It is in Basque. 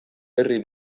berri